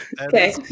Okay